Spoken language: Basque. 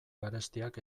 garestiak